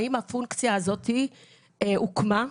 האם הפונקציה הזאת הוקמה?